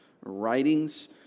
writings